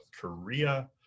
Korea